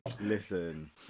listen